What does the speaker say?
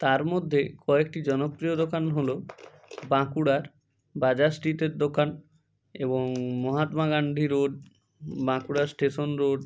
তার মধ্যে কয়েকটি জনপ্রিয় দোকান হল বাঁকুড়ার বাজার স্ট্রিটের দোকান এবং Mahatma Gandhi road Bankura station road